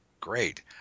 great